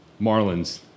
Marlins